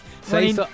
Say